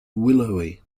willowy